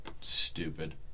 stupid